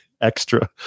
extra